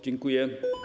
Dziękuję.